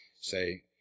say